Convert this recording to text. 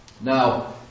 Now